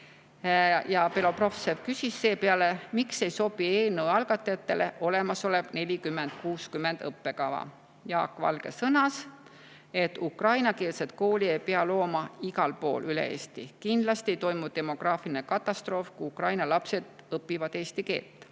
Belobrovtsev küsis, miks ei sobi eelnõu algatajatele olemasolev 40 : 60 õppekava. Jaak Valge sõnas, et ukrainakeelset kooli ei pea looma igal pool üle Eesti. Kindlasti ei toimu demograafilist katastroofi, kui Ukraina lapsed õpivad eesti keelt,